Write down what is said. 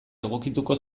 egokituko